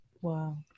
Wow